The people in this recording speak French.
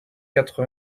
quatre